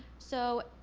so,